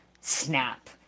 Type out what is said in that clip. snap